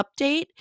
update